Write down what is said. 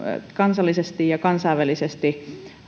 kansallisesti ja kansainvälisesti